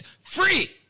free